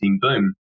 boom